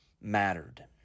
mattered